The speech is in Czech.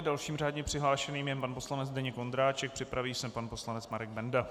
Dalším řádně přihlášeným je pan poslanec Zdeněk Ondráček, připraví se pan poslanec Marek Benda.